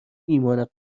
ایمان